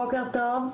בוקר טוב,